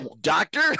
doctor